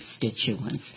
constituents